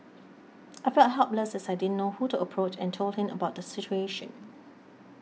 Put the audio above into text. I felt helpless as I didn't know who to approach and told him about the situation